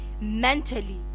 mentally